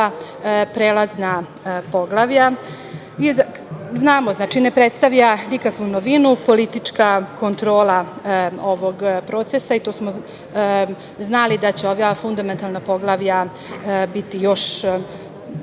prelazna poglavlja. Znamo, ne predstavlja nikakvu novinu politička kontrola ovog procesa i znali smo da će ova fundamentalna poglavlja biti još